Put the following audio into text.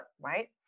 right